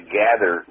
gather